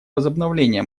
возобновления